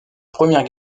première